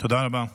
תודה רבה.